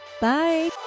Bye